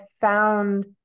found